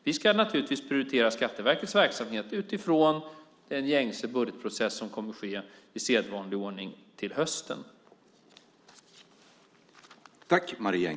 Vi ska naturligtvis prioritera Skatteverkets verksamhet utifrån den gängse budgetprocess som kommer att ske i sedvanlig ordning till hösten.